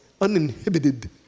Uninhibited